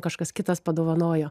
kažkas kitas padovanojo